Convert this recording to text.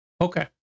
Okay